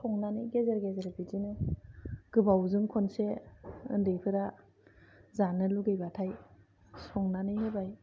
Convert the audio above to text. संनानै गेजेर गेजेर बिदिनो गोबावजों खेबसे ओन्दैफोरा जानो लुबैब्लाथाय संनानै होबाय